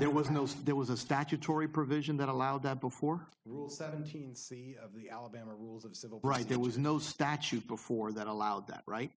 there was no there was a statutory provision that allowed that before rule seventeen c of the alabama rules of civil rights there was no statute before that allowed that right